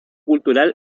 cultural